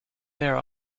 there